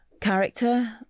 character